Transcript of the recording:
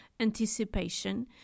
Anticipation